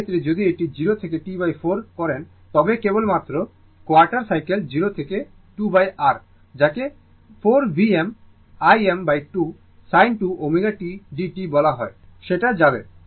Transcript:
তো এই ক্ষেত্রে যদি এটি 0 থেকে T4 করেন তবে কেবল মাত্র কোয়ার্টার সাইকেল 0 থেকে 2r যাকে 4Vm Im2 sin 2 ω t dt বলা হয় সেটি তে যাবে